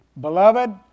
Beloved